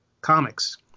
comics